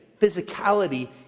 physicality